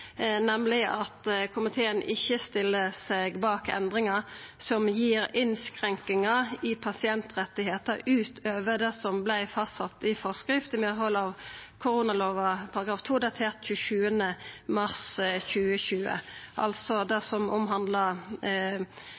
nemleg at komiteen ikkje stiller seg bak endringa som gir innskrenkingar i pasientrettar utover det som vart sett fast i forskrift i medhald av koronalova § 2, datert 27. mars 2020 – altså det som omhandlar